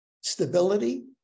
stability